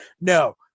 no